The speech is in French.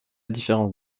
différence